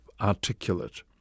articulate